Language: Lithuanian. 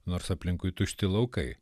nors aplinkui tušti laukai